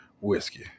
Whiskey